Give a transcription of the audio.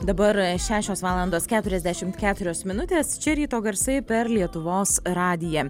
dabar šešios valandos keturiasdešimt keturios minutės čia ryto garsai per lietuvos radiją